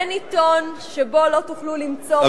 אין עיתון שבו לא תוכלו למצוא,